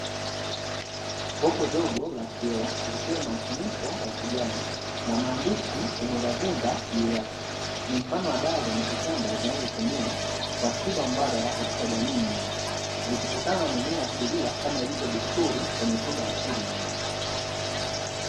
Kopo dogo la kioo likiwa na mfuniko wa kijani na maandishi ''umuravumba'', juu yake ni mfano wa dawa za miti shamba zinazotumiwa kwa tiba mbadala katika jamii nyingi, zikitokana na mimea asilia kama ilivyo desituri kwenye tiba asili nyingi.